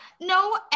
No